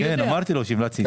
אמרתי לו שהמלצתי אתמול.